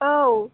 औ